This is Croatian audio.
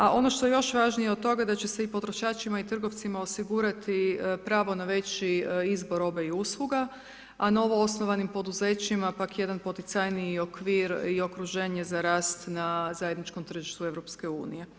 A ono što je još važnije od toga, da će se i potrošačima i trgovcima osigurati pravo na veći izbor robe i usluga, a novoosnovanim poduzećima pak jedan poticajniji okvir i okruženje za rast na zajedničkom tržištu EU.